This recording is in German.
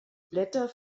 blätter